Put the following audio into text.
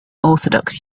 orthodox